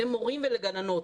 למורים ולגננות.